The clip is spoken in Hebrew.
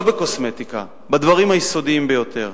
לא בקוסמטיקה, בדברים היסודיים ביותר.